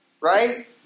Right